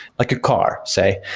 like a car, say,